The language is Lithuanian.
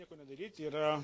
nieko nedaryti yra